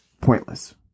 pointless